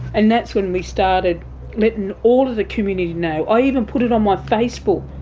and that's when we started letting all of the community know, i even put it on my facebook.